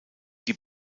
die